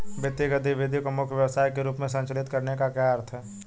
वित्तीय गतिविधि को मुख्य व्यवसाय के रूप में संचालित करने का क्या अर्थ है?